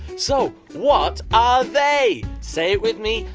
so what are they? say it with me.